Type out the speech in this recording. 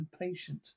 impatient